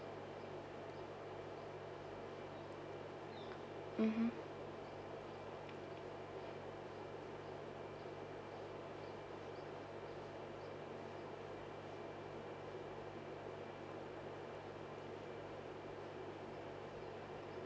mmhmm